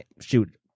Shoot